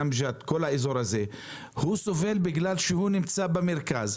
גם ג'ת כל האזור הזה סובל בגלל שהוא נמצא במרכז.